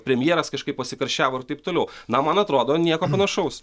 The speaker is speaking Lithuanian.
premjeras kažkaip pasikarščiavo ir taip toliau na man atrodo nieko panašaus